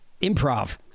improv